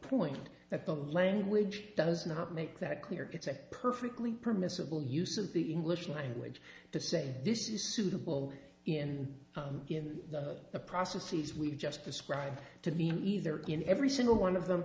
point that the language does not make that clear it's a perfectly permissible use of the english language to say this is suitable in in the processes we've just described to be either in every single one of them